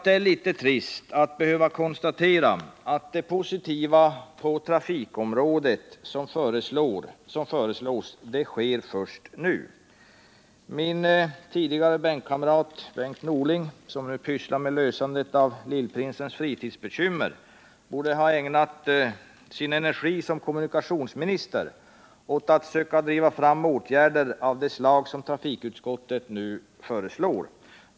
Det är litet trist att behöva konstatera att det positiva på trafikområdet som föreslås kommer först nu. Min tidigare bänkkamrat, Bengt Norling, som nu pysslar med lösandet av lillprinsens fritidsbekymmer, borde ha ägnat sin energi som kommunikationsminister åt att söka driva fram åtgärder av det slag som trafikutskottet nu föreslår.